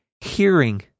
hearing